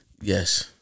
Yes